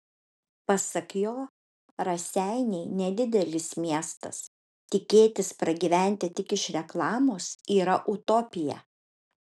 pasak jo raseiniai nedidelis miestas tikėtis pragyventi tik iš reklamos yra utopija